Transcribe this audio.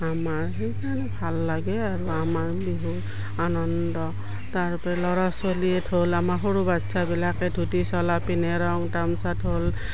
আমাৰ সেইকাৰণে ভাল লাগে আৰু আমাৰ বিহু আনন্দ তাৰপৰা ল'ৰা ছোৱালীয়ে আমাৰ সৰু বাচ্ছাবিলাকে ধুতি চলা পিন্ধে ৰং তামচাত